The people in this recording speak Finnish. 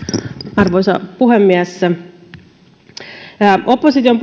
arvoisa puhemies useita opposition